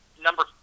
Number